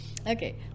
Okay